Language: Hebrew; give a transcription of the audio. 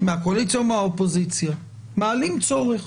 מהקואליציה או מהאופוזיציה מעלים צורך.